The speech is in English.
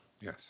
Yes